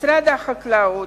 משרד החקלאות,